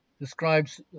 describes